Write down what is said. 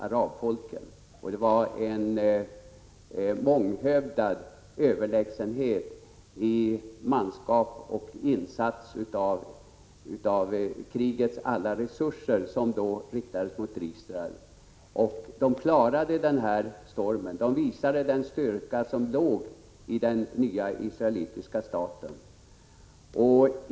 Araberna hade stor överlägsenhet i fråga om manskap, och alla krigets resurser riktades då mot Israel. Israel klarade stormen och visade den styrka som fanns i den nya israeliska staten.